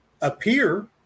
appear